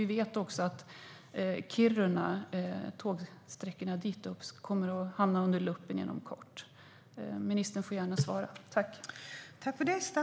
Vi vet också att tågsträckorna till Kiruna inom kort kommer att hamna under lupp. Ministern får gärna svara.